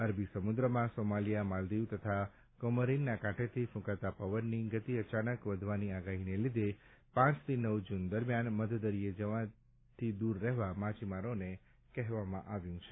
અરબી સમુદ્રમાં સોમાલીયા માલદીવ તથા કોમોરીનના કાંઠેથી ફૂંકાતા પવનની ગતિ અચાનક વધવાની આગાહીને લીધે પાંચથી નવ જૂન દરમ્યાન મધદરિયે જવાથી દૂર રહેવા માછીમારોને કહેવાયું છે